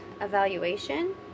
evaluation